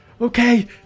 Okay